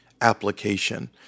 application